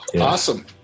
awesome